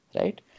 right